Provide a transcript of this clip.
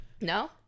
No